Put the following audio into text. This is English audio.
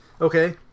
Okay